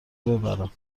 ببرن